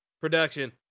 production